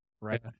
right